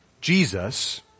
Jesus